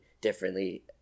differently